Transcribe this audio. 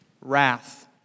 wrath